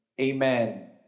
amen